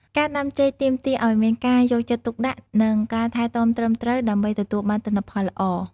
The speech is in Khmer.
ការដាំចេកទាមទារឱ្យមានការយកចិត្តទុកដាក់ និងការថែទាំត្រឹមត្រូវដើម្បីទទួលបានទិន្នផលល្អ។